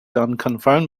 unconfirmed